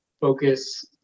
Focus